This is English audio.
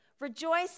Rejoice